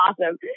awesome